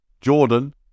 Jordan